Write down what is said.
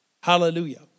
Hallelujah